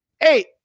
Hey